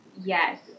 yes